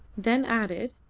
then added